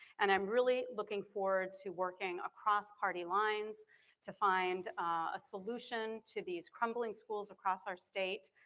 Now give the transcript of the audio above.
and i'm really looking forward to working across party lines to find a solution to these crumbling schools across our state.